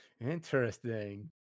Interesting